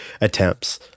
attempts